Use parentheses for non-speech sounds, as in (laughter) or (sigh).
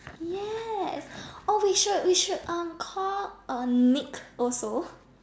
yes oh we should we should um call uh Nick also (breath)